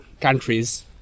countries